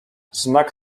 znak